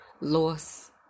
Loss